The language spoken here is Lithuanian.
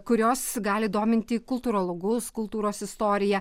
kurios gali dominti kultūrologus kultūros istorija